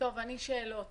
יש שאלות